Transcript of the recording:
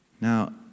Now